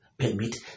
Permit